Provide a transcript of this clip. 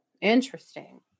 interesting